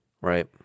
Right